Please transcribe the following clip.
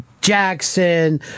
Jackson